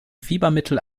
fiebermittel